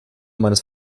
meines